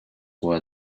why